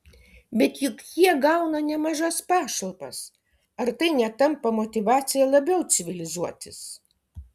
bet juk jie gauna nemažas pašalpas ar tai netampa motyvacija labiau civilizuotis